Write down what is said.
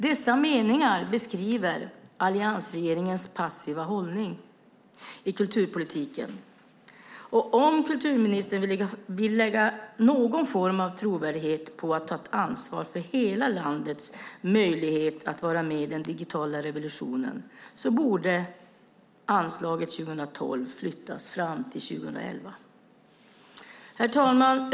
Dessa meningar beskriver alliansregeringens passiva hållning i kulturpolitiken. Om kulturministern vill lägga någon form av trovärdighet i att ta ett ansvar för hela landets möjlighet att vara med i den digitala revolutionen borde anslaget 2012 flyttas fram till 2011. Herr talman!